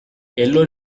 yellow